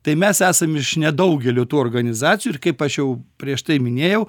tai mes esam iš nedaugelio tų organizacijų ir kaip aš jau prieš tai minėjau